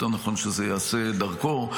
יותר נכון שזה ייעשה דרכו.